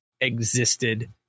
existed